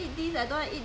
old generation